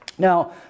Now